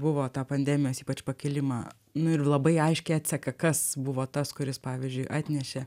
buvo tą pandemijos ypač pakilimą nu ir labai aiškiai atseka kas buvo tas kuris pavyzdžiui atnešė